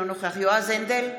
אינו נוכח יועז הנדל,